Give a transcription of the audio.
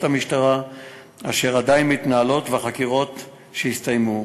המשטרה אשר עדיין מתנהלות ובחקירות שהסתיימו.